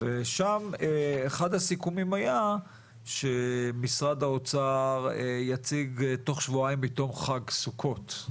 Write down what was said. ושם אחד הסיכומים היה שמשרד האוצר יציג תוך שבועיים מתום חג סוכות,